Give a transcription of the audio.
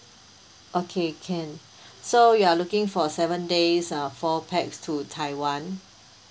okay can so you are looking for a seven days uh four pax to taiwan